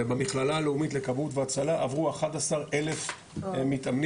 ובמכללה הלאומית לכבאות והצלה עברו אחד עשר אלף מתאמנים,